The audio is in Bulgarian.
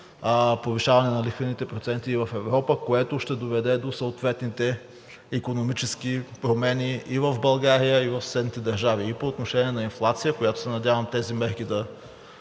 повишаване на лихвените проценти и в Европа, което ще доведе до съответните икономически промени и в България, и в съседните държави и по отношение на инфлация, която се надявам тези мерки да